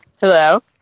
Hello